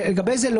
לגבי זה לא